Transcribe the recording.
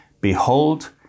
Behold